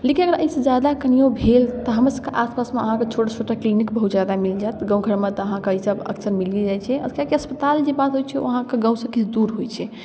लेकिन एहिसँ ज्यादा कनिओ भेल तऽ हमरसबके आसपासमे अहाँसबके छोटा छोटा क्लीनिक बहुत ज्यादा मिलि जाएत गामघरमे तऽ अहाँके ईसब अक्सर मिलिए जाए छै कियाकि अस्पताल जे बात होइ छै ओ अहाँके गामसँ किछु दूर होइ छै